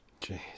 Jeez